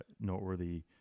noteworthy